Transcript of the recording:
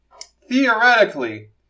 Theoretically